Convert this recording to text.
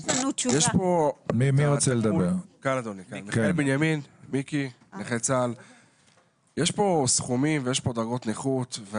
יש כאן סכומים ויש כאן דרגות נכות.